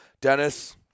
Dennis